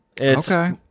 Okay